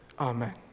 Amen